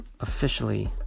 officially